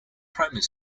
primary